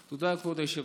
תודה, כבוד היושב-ראש.